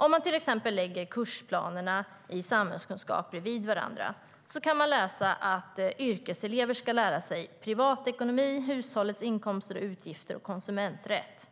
Om man lägger kursplanerna i till exempel samhällskunskap bredvid varandra kan man läsa att yrkeselever ska lära sig privatekonomi, hushållets inkomster och utgifter samt konsumenträtt,